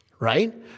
right